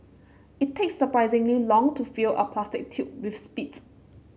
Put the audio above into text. it takes surprisingly long to fill a plastic tube with spit